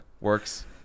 works